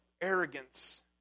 arrogance